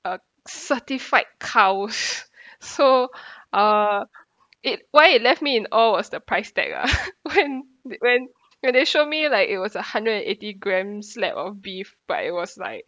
uh certified cows so uh it why it left me in awe was the price tag lah when when when they show me like it was a hundred and eighty gram slab of beef but it was like